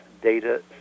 Data